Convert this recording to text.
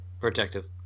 Protective